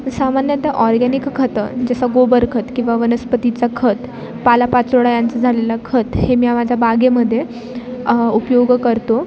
सामान्यतः ऑरगॅनिक खतं जसं गोबर खत किंवा वनस्पतीचा खत पालापाचोळ्यांचं झालेलं खत हे मी माझ्या बागेमध्ये उपयोग करतो